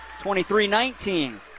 23-19